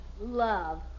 Love